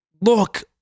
look